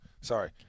sorry